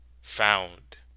found